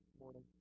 morning